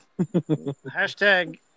Hashtag